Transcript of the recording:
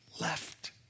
left